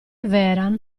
vehrehan